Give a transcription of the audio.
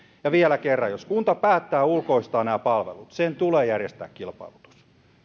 vielä kerran jos kunta päättää ulkoistaa nämä palvelut sen tulee järjestää kilpailutus